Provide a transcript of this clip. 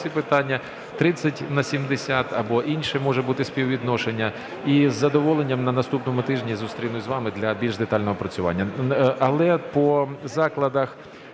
ці питання. 30 на 70 або інше може бути співвідношення. Із задоволенням на наступному тижні зустрінусь з вами для більш детального опрацювання.